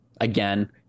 Again